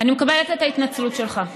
אני מקבלת את ההתנצלות שלך,